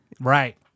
Right